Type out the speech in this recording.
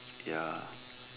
ya